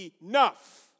enough